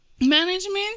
management